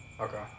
Okay